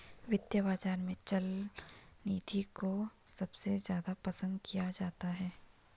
वित्तीय बाजार में चल निधि को सबसे ज्यादा पसन्द किया जाता है